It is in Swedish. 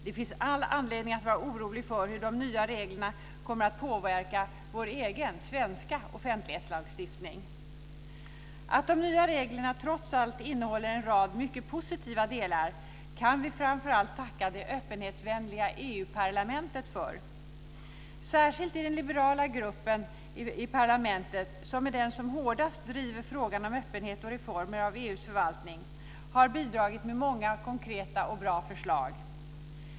Det finns all anledning att vara orolig för hur de nya reglerna kommer att påverka vår egen svenska offentlighetslagstiftning. Att de nya reglerna trots allt innehåller en rad mycket positiva delar kan vi framför allt tacka det öppenhetsvänliga EU-parlamentet för. Särskilt den liberala gruppen i parlamentet, som är de som hårdast driver frågan om öppenhet och reformer av EU:s förvaltning, har bidragit med många konkreta och bra förslag.